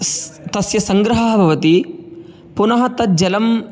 स् तस्य सङ्ग्रहः भवति पुनः तत् जलं